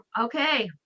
Okay